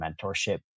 mentorship